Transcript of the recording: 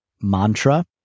mantra